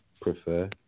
prefer